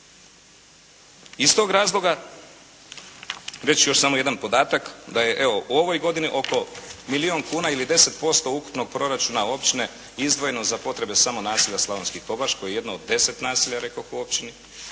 Iz tog razloga reći ću još samo jedan podatak, da je evo, u ovoj godini oko milijun kuna ili 10% ukupnog proračuna općine izdvojeno za potrebe samo naselja Slavonski Kobaš koji je jedno od deset naselja rekoh u općini.